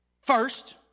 first